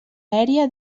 aèria